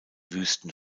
wüsten